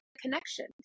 connection